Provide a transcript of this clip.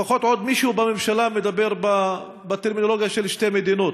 לפחות עוד מישהו בממשלה מדבר בטרמינולוגיה של שתי מדינות.